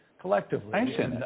collectively